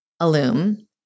alum